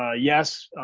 ah yes,